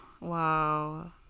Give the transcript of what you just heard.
wow